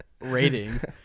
ratings